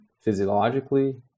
physiologically